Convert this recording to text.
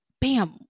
bam